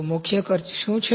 તો મુખ્ય ખર્ચ શું છે